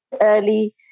early